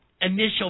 initial